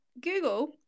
Google